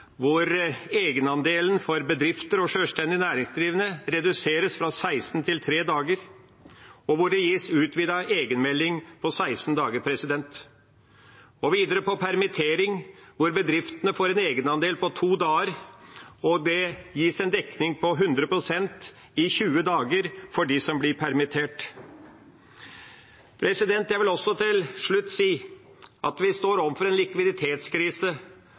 egenandelen for bedrifter og sjølstendig næringsdrivende reduseres fra 16 til 3 dager, og der det gis utvidet egenmelding på 16 dager. Videre gjelder det permittering, hvor bedriftene får en egenandel på 2 dager, og det gis en dekning på 100 pst. i 20 dager for dem som blir permittert. Jeg vil til slutt si at vi står overfor en likviditetskrise,